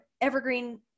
evergreen